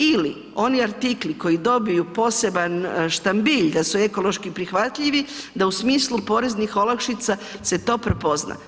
Ili oni artikli koji dobiju poseban štambilj da su ekološki prihvatljivi, da u smislu poreznih olakšica se to prepozna.